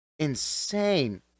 Insane